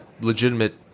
legitimate